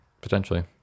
Potentially